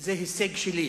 זה הישג שלי.